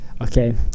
Okay